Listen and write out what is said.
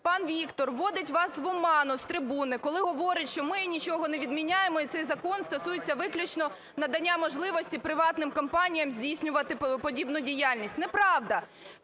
пан Віктор вводить вас в оману з трибуни, коли говорить, що ми нічого не відміняємо і цей закон стосується виключно надання можливості приватним компаніям здійснювати подібну діяльність. Неправда.